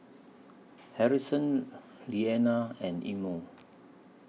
Harrison Lilliana and Imo